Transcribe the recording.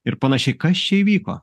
ir panašiai kas čia įvyko